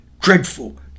Dreadful